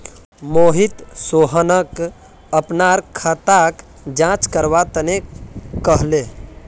मोहित सोहनक अपनार खाताक जांच करवा तने कहले